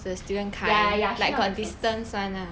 ya ya she's not very close